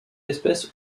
espèce